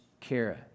Kara